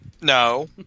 No